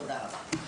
תודה רבה.